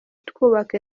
twubaka